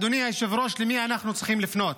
אדוני היושב-ראש, למי אנחנו צריכים לפנות?